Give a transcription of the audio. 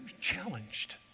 challenged